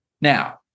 Now